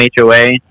HOA